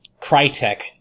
Crytek